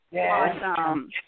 Awesome